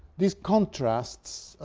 these contrasts,